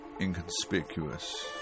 Inconspicuous